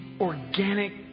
organic